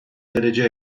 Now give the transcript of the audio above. derece